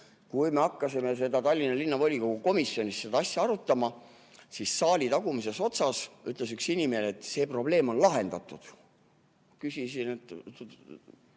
Kui me hakkasime Tallinna Linnavolikogu komisjonis seda asja arutama, siis saali tagumises otsas ütles üks inimene, et see probleem on lahendatud. Küsisin, et